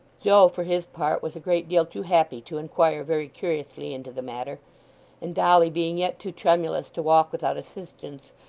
joe, for his part, was a great deal too happy to inquire very curiously into the matter and dolly being yet too tremulous to walk without assistance,